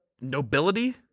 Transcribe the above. Nobility